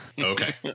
Okay